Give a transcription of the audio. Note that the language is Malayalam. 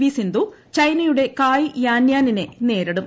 വി സിന്ധു ചൈനയുടെ കായ് യാന്യാനിനെ നേരിടും